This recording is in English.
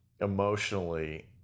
emotionally